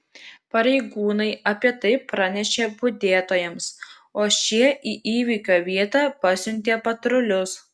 pareigūnai apie tai pranešė budėtojams o šie į įvykio vietą pasiuntė patrulius